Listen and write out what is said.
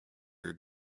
your